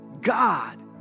God